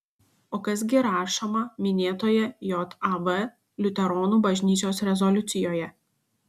o kas gi rašoma minėtoje jav liuteronų bažnyčios rezoliucijoje